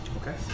Okay